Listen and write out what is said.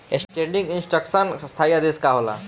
Standing instruction स्थाई आदेश का होला?